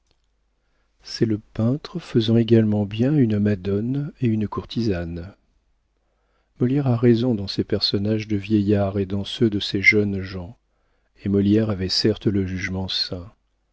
c'est le peintre faisant également bien une madone et une courtisane molière a raison dans ses personnages de vieillard et dans ceux de ses jeunes gens et molière avait certes le jugement sain